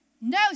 no